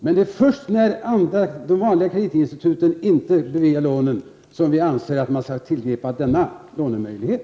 Men det är först när de vanliga kreditinstituten inte beviljar lån som vi anser att man skall tillgripa denna lånemöjlighet.